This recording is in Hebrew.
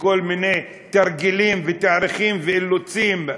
בכל מיני תרגילים ותאריכים ואילוצים,